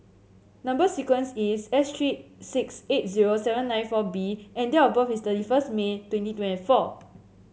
number sequence is S three six eight zero seven nine four B and date of birth is thirty first May twenty twenty four